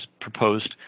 proposed